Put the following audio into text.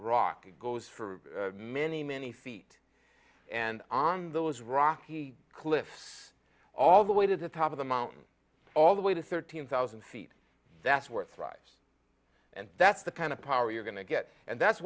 goes for many many feet and on those rocky cliffs all the way to the top of the mountain all the way to thirteen thousand feet that's where thrives and that's the kind of power you're going to get and that's